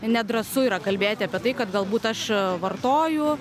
nedrąsu yra kalbėti apie tai kad galbūt aš vartoju